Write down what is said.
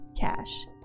cash